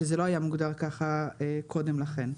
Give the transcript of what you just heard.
זה לא היה מוגדר ככה קודם לכן.